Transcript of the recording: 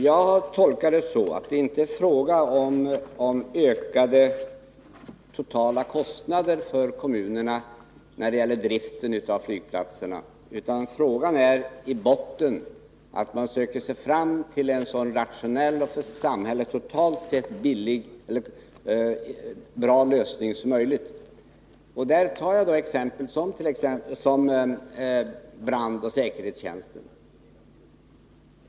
Jag tolkar det så att det inte är fråga om ökade totala kostnader för kommunerna för driften av flygplatserna, utan att det är fråga om att söka sig fram till en så rationell och för samhället totalt sett bra lösning som möjligt. Som exempel tar jag då brandoch säkerhetstjänsten.